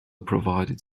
provided